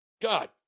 God